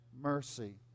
mercy